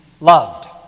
loved